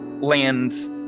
lands